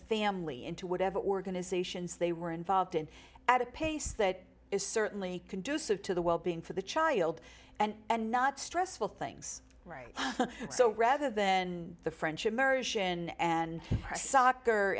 family into whatever organizations they were involved in at a pace that is certainly conducive to the well being for the child and not stressful things so rather than the french immersion and soccer